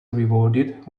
rewarded